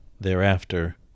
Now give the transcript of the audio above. Thereafter